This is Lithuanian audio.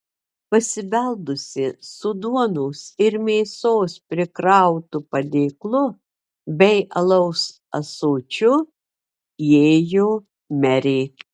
pasibeldusi su duonos ir mėsos prikrautu padėklu bei alaus ąsočiu įėjo merė